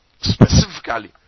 specifically